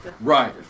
Right